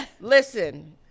Listen